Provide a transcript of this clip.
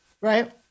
right